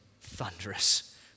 thunderous